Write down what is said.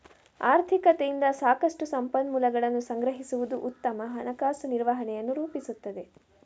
ಆರ್ಥಿಕತೆಯಿಂದ ಸಾಕಷ್ಟು ಸಂಪನ್ಮೂಲಗಳನ್ನು ಸಂಗ್ರಹಿಸುವುದು ಉತ್ತಮ ಹಣಕಾಸು ನಿರ್ವಹಣೆಯನ್ನು ರೂಪಿಸುತ್ತದೆ